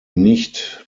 nicht